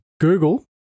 Google